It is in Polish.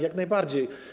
Jak najbardziej.